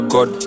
God